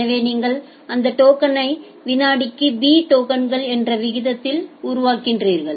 எனவே நீங்கள் அந்த டோக்கனை வினாடிக்கு b டோக்கன்கள் என்ற வீதத்தில் உருவாக்குகிறீர்கள்